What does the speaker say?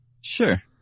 Sure